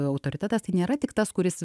autoritetas tai nėra tik tas kuris